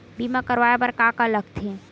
बीमा करवाय बर का का लगथे?